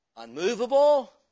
Unmovable